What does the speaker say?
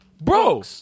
bro